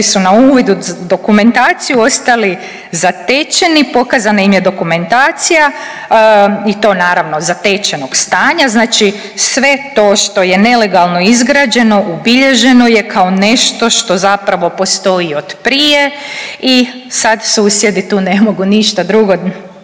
su na uvid u dokumentaciju, ostali zatečeni, pokazana im je dokumentacija i to naravno zatečenog stanja, znači sve to što je nelegalno izgrađeno ubilježeno je kao nešto što zapravo postoji od prije i sad susjedi tu ne mogu ništa drugo,